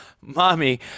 mommy